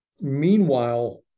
Meanwhile